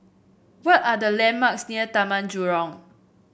what are the landmarks near Taman Jurong